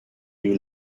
you